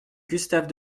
gustave